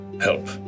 help